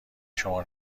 شما